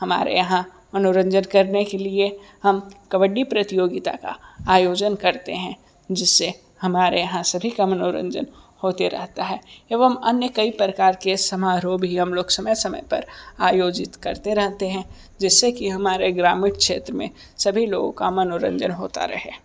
हमारे यहाँ मनोरंजन करने के लिए हम कबड्डी प्रतियोगिता का आयोजन करते हैं जिससे हमारे यहाँ सभी का मनोरंजन होते रहता है एवं अन्य कई प्रकार के समारोह भी हम लोग समय समय पर आयोजित करते रहते हैं जिससे कि हमारे ग्रामीण क्षेत्र में सभी लोगों का मनोरंजन होता रहे